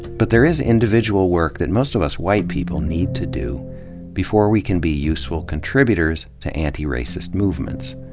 but there is individual work that most of us white people need to do before we can be useful contributors to antiracist movements.